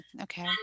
okay